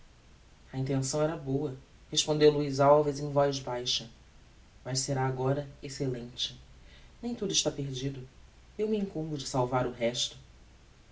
a intenção era boa respondeu luiz alves em voz baixa mas será agora excellente nem tudo está perdido eu me incumbo de salvar o resto